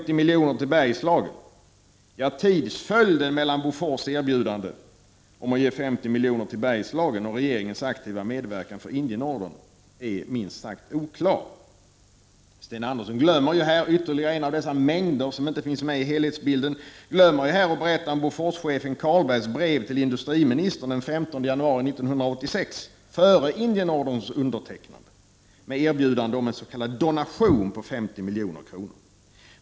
Tidsföljden mellan Bofors erbjudande om att ge 50 milj.kr. till Bergslagen och regeringens aktiva medverkan för Indienordern är minst sagt oklar. Sten Andersson glömmer ju här ytterligare ett av dessa många inslag som inte finns med i helhetsbilden. Han glömmer att berätta om Boforschefen Carlbergs brev till industriministern den 15 januari 1986 — före Indienorderns undertecknande — med erbjudande om en s.k. donation på 50 milj.kr.